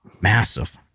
massive